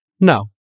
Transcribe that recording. No